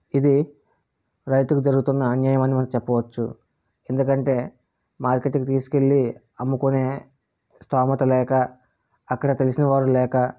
ఇది రైతుకు జరుగుతున్న అన్యాయం అని మనం చెప్పవచ్చు ఎందుకంటే మార్కెట్కి తీసుకెళ్ళి అమ్ముకునే స్తోమత లేక అక్కడ తెలిసిన వారు లేక